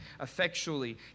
effectually